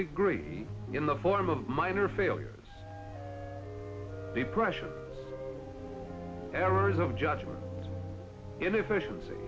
degree in the form of minor failures depression errors of judgment inefficiency